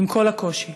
עם כל הקושי.